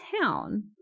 town